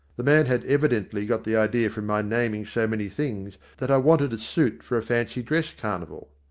the man had evidently got the idea from my naming so many things that i wanted a suit for a fancy dress carnival.